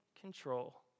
control